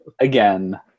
again